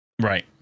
Right